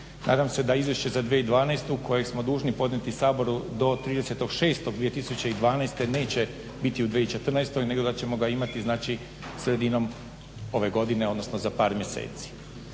Nadam se da izvješće za 2012. kojeg smo dužni podnijeti Saboru do 30.6.2012. neće biti u 2014. nego da ćemo ga imati znači sredinom ove godine, odnosno za par mjeseci.